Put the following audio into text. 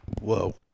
Whoa